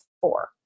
four